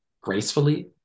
gracefully